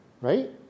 right